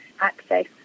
access